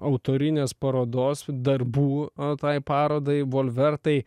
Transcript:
autorinės parodos darbų a tai parodai volvertai